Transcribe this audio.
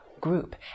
group